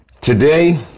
Today